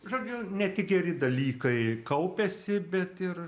žodžiu ne tik geri dalykai kaupiasi bet ir